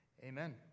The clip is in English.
Amen